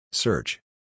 Search